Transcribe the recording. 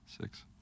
Six